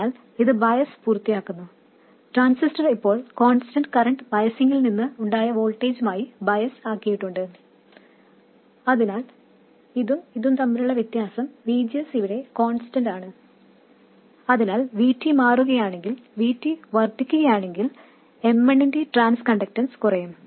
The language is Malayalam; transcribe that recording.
അതിനാൽ ഇത് ബയസ് പൂർത്തിയാക്കുന്നു ട്രാൻസിസ്റ്റർ ഇപ്പോൾ കോൺസ്റ്റന്റ് കറന്റ് ബയസിങിൽ നിന്ന് ഉണ്ടായ വോൾട്ടേജുമായി ബയസ് ആയിട്ടുണ്ട് അതിനാൽ ഇതും ഇതും തമ്മിലുള്ള വ്യത്യാസം VGS ഇവിടെ കോൺസ്റ്റന്റ് ആണ് അതിനാൽ VT മാറുകയാണെങ്കിൽ VT വർദ്ധിക്കുകയാണെങ്കിൽ M1 ന്റെ ട്രാൻസ് കണ്ടക്ടൻസ് കുറയും